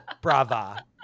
brava